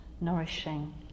nourishing